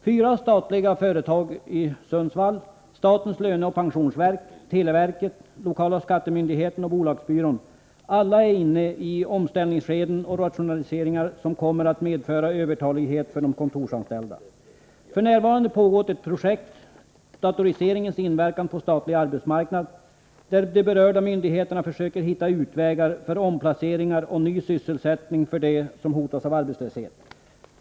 Fyra statliga företag i Sundsvall — statens löneoch pensionsverk, televerket, lokala skattemyndigheten och bolagsbyrån — är alla inne i omställningsskeden och rationaliseringar, som kommer att medföra övertalighet av kontorsanställda. F.n. pågår ett projekt, datoriseringens inverkan på statlig arbetsmarknad, där de berörda myndigheterna försöker hitta utvägar för omplaceringar och ny sysselsättning för dem som hotas av arbetslöshet.